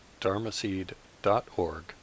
dharmaseed.org